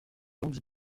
dandy